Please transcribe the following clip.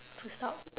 to stop